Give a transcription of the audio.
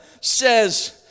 says